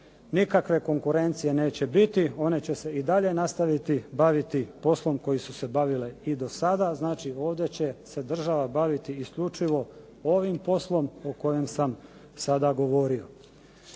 nikakve konkurencije neće biti, one će se i dalje nastaviti baviti poslom kojim su se bavile i dosada, ovdje će se država baviti isključivo ovim poslom o kojem sam sada govorio.